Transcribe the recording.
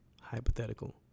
hypothetical